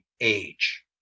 age